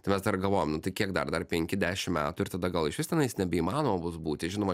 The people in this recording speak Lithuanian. tai mes dar galvojam nu tai kiek dar dar penki dešimt metų ir tada gal išvis tenais nebeįmanoma bus būti žinoma